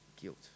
guilt